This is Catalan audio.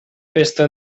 festa